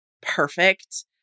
perfect